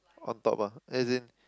on top ah as in